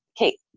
okay